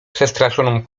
przestraszoną